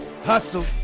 hustle